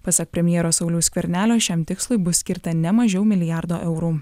pasak premjero sauliaus skvernelio šiam tikslui bus skirta ne mažiau milijardo eurų